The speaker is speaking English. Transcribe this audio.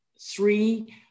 three